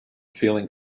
feeling